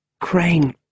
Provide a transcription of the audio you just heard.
Crane